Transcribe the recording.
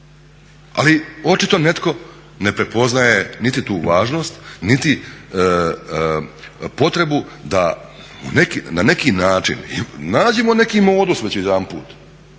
Ali očito netko ne prepoznaje niti tu važnost, niti potrebu da na neki način nađemo neki modus već jedanput,